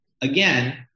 again